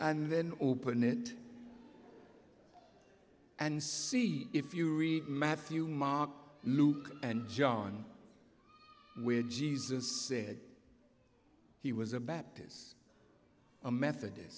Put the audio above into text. and then open it and see if you read matthew mark luke and john where jesus said he was a baptist a methodist